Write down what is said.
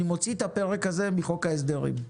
אני מוציא את הפרק הזה מחוק ההסדרים.